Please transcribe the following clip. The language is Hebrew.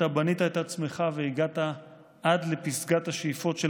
בנית את עצמך והגעת עד לפסגת השאיפות של